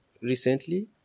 recently